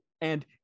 And-